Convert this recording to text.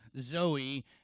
Zoe